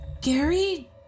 Gary